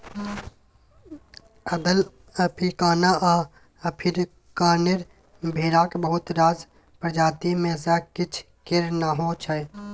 अदल, अफ्रीकाना आ अफ्रीकानेर भेराक बहुत रास प्रजाति मे सँ किछ केर नाओ छै